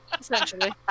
Essentially